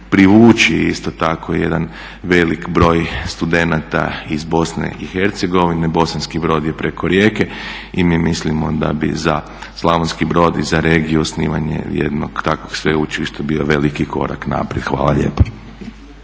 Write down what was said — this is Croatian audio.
privući isto tako jedan velik broj studenata iz Bosne i Hercegovine. Bosanski Brod je preko rijeke. I mi mislimo da bi za Slavonski Brod i za regiju osnivanje jednog takvog sveučilišta bio veliki korak naprijed. Hvala lijepa.